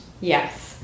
Yes